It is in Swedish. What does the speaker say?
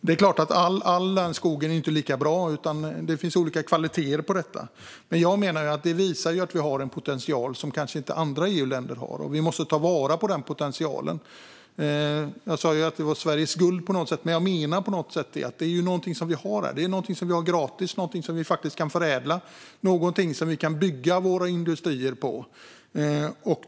Det är klart att all denna skog inte är lika bra, utan det finns olika kvaliteter. Men jag menar att det visar att vi har en potential som andra EU-länder kanske inte har, och vi måste ta vara på denna potential. Jag sa att skogen är Sveriges guld, men jag menar att det är någonting som vi har här - någonting som är gratis, någonting som vi faktiskt kan förädla och någonting som vi kan bygga våra industrier på.